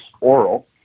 Oral